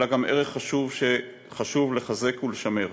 אלא ערך חשוב שחשוב לחזק ולשמר.